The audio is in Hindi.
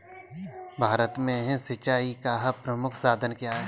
भारत में सिंचाई का प्रमुख साधन क्या है?